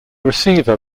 receiver